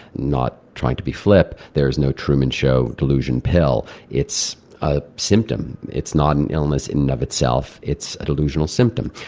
not trying to be flip, there's no truman show delusion pill. it's a symptom, it's not an illness in and of itself, it's a delusional symptom.